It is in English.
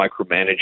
micromanage